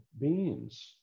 beings